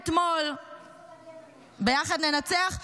ביחד ננצח?